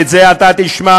את זה אתה תשמע,